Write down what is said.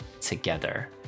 together